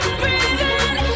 breathing